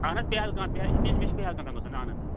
اہن حظ پیہلگام یہِ چھِ مےٚ چھِ پیہلگام گَژھُن اہن حظ آ